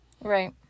Right